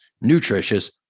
nutritious